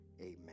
amen